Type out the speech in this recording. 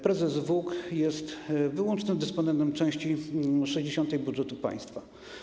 Prezes WUG jest wyłącznym dysponentem części 60 budżetu państwa.